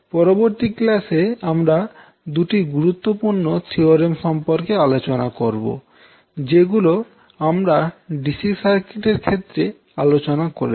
পরবর্তী ক্লাসে আমরা দুটি গুরুত্বপূর্ণ থিওরেম সম্পর্কে আলোচনা করবো যেগুলো আমরা ডিসি সার্কিট এর ক্ষেত্রে আলোচনা করেছি